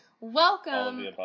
Welcome